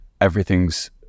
everything's